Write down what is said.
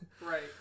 right